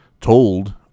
told